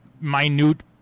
minute